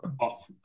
off